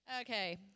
Okay